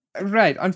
Right